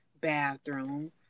bathroom